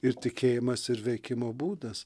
ir tikėjimas ir veikimo būdas